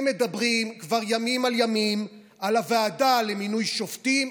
הם מדברים כבר ימים על ימים על הוועדה למינוי שופטים,